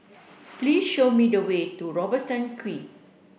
please show me the way to Robertson Quay